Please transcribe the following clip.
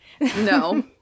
no